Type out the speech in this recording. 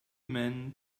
men